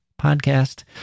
podcast